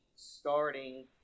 starting